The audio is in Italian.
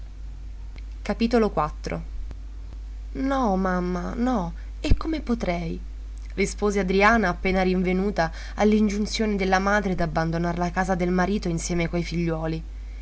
medici curanti no mamma no e come potrei rispose adriana appena rinvenuta all'ingiunzione della madre d'abbandonar la casa del marito insieme coi figliuoli